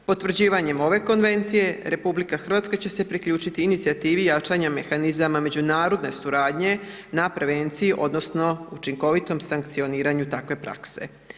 Potvrđivanjem ove konvencije RH će se priključiti inicijativi jačanja mehanizama međunarodne suradnje na prevenciji odnosno učinkovitom sankcioniranju takve prakse.